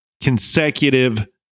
consecutive